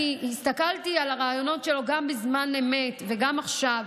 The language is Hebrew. אני הסתכלתי על הראיונות שלו גם בזמן אמת וגם עכשיו.